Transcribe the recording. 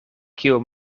kiu